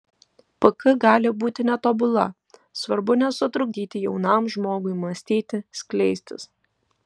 pk gali būti netobula svarbu nesutrukdyti jaunam žmogui mąstyti skleistis